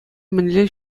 мӗнле